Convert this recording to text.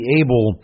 able